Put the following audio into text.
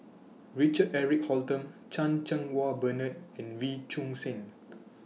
Richard Eric Holttum Chan Cheng Wah Bernard and Wee Choon Seng